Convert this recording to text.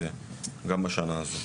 גם לשנה הזאת.